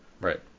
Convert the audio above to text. right